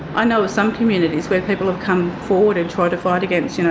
i know of some communities where people have come forward and tried to fight against, you know